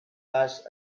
cas